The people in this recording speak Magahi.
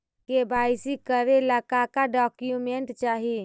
के.वाई.सी करे ला का का डॉक्यूमेंट चाही?